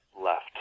left